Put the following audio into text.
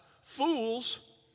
Fools